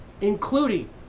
including